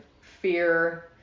fear